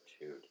Dude